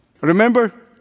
Remember